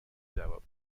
جواب